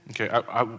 Okay